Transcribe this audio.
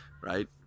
right